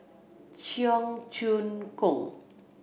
Cheong Choong Kong